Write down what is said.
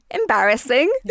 Embarrassing